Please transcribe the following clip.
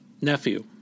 Nephew